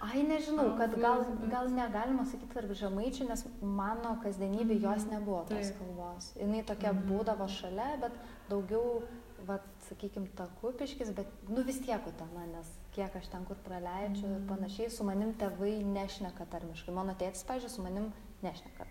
ai nežinau kad gal gal negalima sakyt tarp žemaičių nes mano kasdienybėj jos nebuvo tos kalbos jinai tokia būdavo šalia bet daugiau vat sakykim ta kupiškis bet nu vis tiek va ta man nes kiek aš ten kur praleidžiu ir panašiai su manim tėvai nešneka tarmiškai mano tėtis pavyzdžiui su manim nešneka